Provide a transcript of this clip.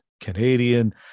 Canadian